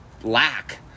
lack